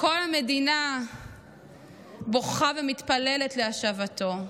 שכל המדינה בוכה ומתפללת להשבתו,